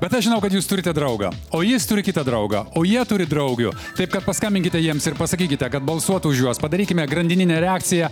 bet aš žinau kad jūs turite draugą o jis turi kitą draugą o jie turi draugių taip kad paskambinkite jiems ir pasakykite kad balsuotų už juos padarykime grandininę reakciją